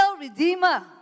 Redeemer